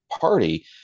party